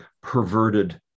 perverted